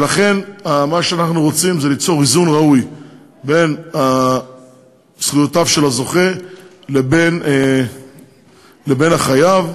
מה שאנחנו רוצים זה ליצור איזון ראוי בין זכויותיו של הזוכה לבין החייב,